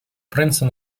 принца